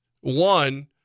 One—